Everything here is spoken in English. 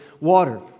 water